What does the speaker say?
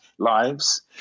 lives